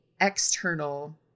external